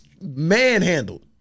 manhandled